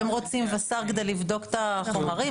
הם רוצים וס"ר כדי לבדוק את החומרים.